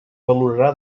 valorarà